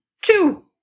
Two